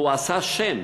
והוא עשה שם.